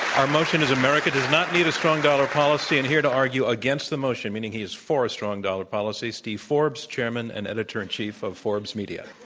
our motion is america does not need a strong dollar policy, and here to argue against the motion, meaning he is for a strong dollar policy, steve forbes, chairman and editor in chief of forbes media.